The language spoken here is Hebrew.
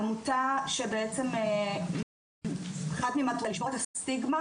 עמותה שבעצם אחת ממטרותיה זה לשבור את הסטיגמה